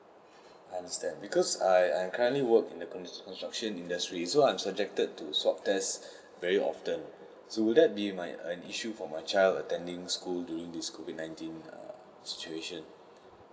I understand because I I'm currently work in the con~ construction industry so I'm subjected to swab test very often so will that be my an issue for my child attending school during this COVID nineteen err situation